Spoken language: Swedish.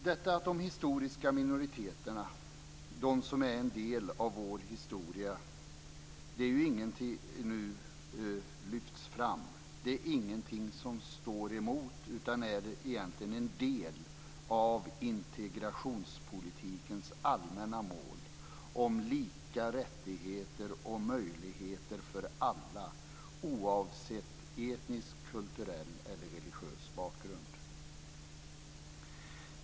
Detta att de historiska minoriteterna, de som är en del av vår historia, nu lyfts fram är egentligen en del av integrationspolitikens allmänna mål om lika rättigheter och möjligheter för alla oavsett etnisk, kulturell eller religiös bakgrund.